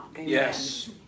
Yes